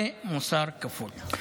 זה מוסר כפול.